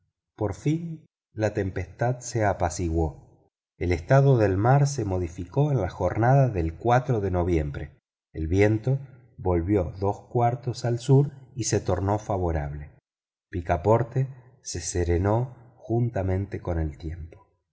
por fin la tempestad se apaciguó el estado del mar se modificó en la jornada del de noviembre el viento volvió dos cuartos al sur y se tornó favorable picaporte se serenó juntamente con el tiempo